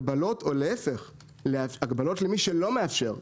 הגבלות למי שלא מאפשר,